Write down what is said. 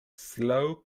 slow